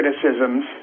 criticisms